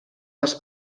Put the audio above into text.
als